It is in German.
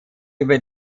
über